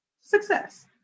Success